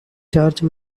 george